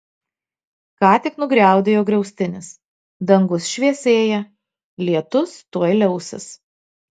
ką tik nugriaudėjo griaustinis dangus šviesėja lietus tuoj liausis